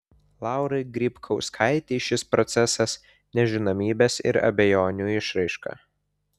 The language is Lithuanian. laurai grybkauskaitei šis procesas nežinomybės ir abejonių išraiška